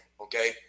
okay